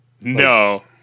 No